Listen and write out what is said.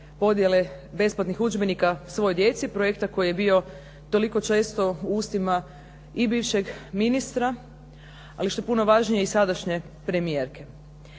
podjele besplatnih udžbenika svojoj djeci, projekta koji je bio toliko često u ustima i bivšeg ministra, ali što je puno važnije i sadašnje premijerke.